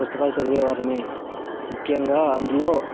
పుస్తకాలు చదివే వారము ముఖ్యంగా అందులో